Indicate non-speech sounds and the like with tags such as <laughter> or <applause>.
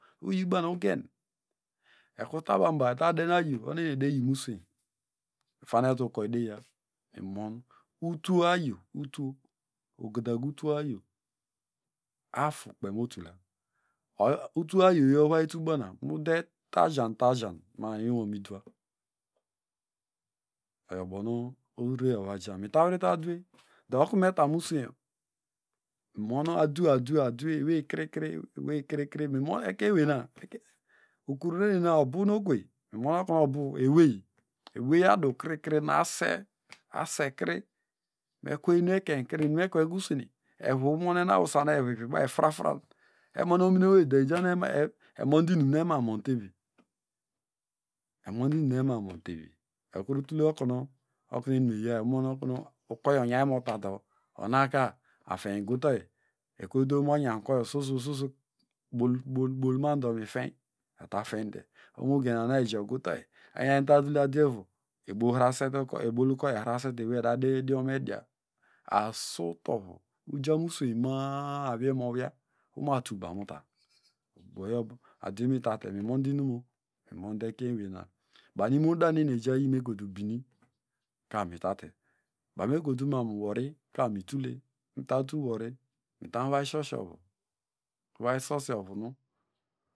Uyibomaugen ekrutabana eta denayo ohonu eniedeyimusweiny efanate ukoedeya mimon utwo ayo ogadaga utwo ayo afukpey motula or <unintelligible> utroayoyo uvay tulbaman mudey tawzan tawzan ma- a inwiwomidwa oyobon orereyo ovajan mitarrete adiwe do okunu metamusweynyo mimon adue adwe eweykrikri ewekrikri ekeny ewenine <hesitation> ukurnenina obunokwey mimono ewey eweyadukrikri ase asekri mekwe enuekwekri enuekweka usene evuumonenawusana evu ivibaw ifrafran emonominowey do ejabo inum nuemanbotevi emontinumenuemamontevi ekrutule okunu enimeya emonu okenu ukoyo onyaynmotado onaka afeny igutoy ekotute owey monyany ukoyo sososo bol bol mado mifeyn ota feynde ohomugena ona eji ogute oyi enyamy tatul adwevu ebol hra <unintelligible> eboluko ehnasebe ewey edatadeidiomedia asutovu mujamusweya ma- a mujamu awiye mowiya umatulbanuta uboyokpe adwemitate mimonde inumo mimonde ekenyeweyna banu imodaneni ejayi mekotumu binikamitate baniekotu mu wori mitule mitalulewori mitam uvay shosh ovu uvay sosiovunu.